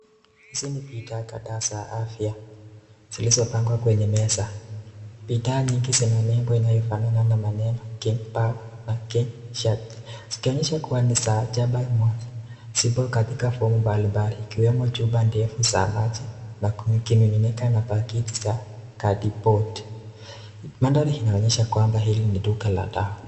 Hizi ni bidhaa kadhaa za afya zilizopangwa kwenye meza. Bidhaa nyingi zina nembo inayofanana na maneno King Power na King Shark , zikionyesha kuwa ni za Jaba mwanzo. Zipo katika fomu mbalimbali, ikiwemo chupa ndefu za maji na kimiminika na pakiti za cardboard Mandhari inaonyesha kwamba hili ni duka la dawa.